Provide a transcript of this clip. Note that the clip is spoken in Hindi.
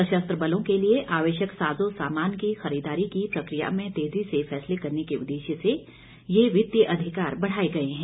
सशस्त्र बलों के लिए आवश्यक साजो सामान की खरीददारी की प्रकिया में तेजी से फैसले करने के उद्देश्य से यह वित्तीय अधिकार बढ़ाये गये हैं